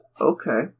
Okay